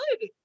good